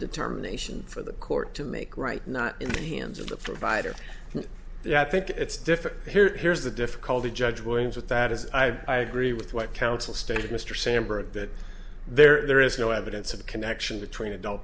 determination for the court to make right not in the hands of the provider and i think it's different here's the difficulty judge williams with that is i agree with what counsel stated mr sandberg that there is no evidence of a connection between adult